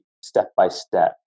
step-by-step